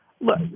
Look